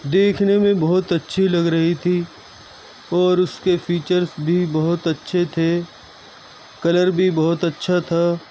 دیکھنے میں بہت اچھی لگ رہی تھی اور اس کے فیچرس بھی بہت اچھے تھے کلر بھی بہت اچھا تھا